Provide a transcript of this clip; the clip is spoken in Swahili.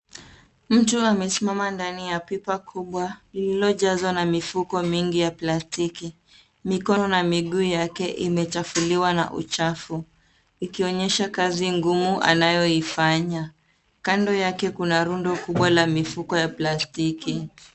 Mtu amesimama ndani ya pipa kubwa lililo jazwa na mifuko mengi ya plastiki, mikono na miguu yake imechafuliwa na uchafu, ikionyesha kazi ngumu anayo ifanya. Kando yake kuna rundo kubwa la mifuko ya plastiki.